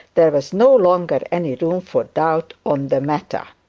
there was no longer any room for doubt on the matter.